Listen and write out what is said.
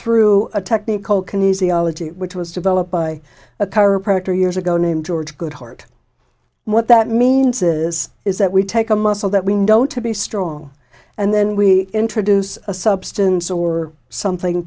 through a technique called can easy ology which was developed by a chiropractor years ago named george goodheart what that means is is that we take a muscle that we know to be strong and then we introduce a substance or something